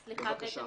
בבקשה.